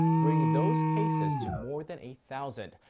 bringing those cases to more than a thousand.